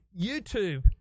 YouTube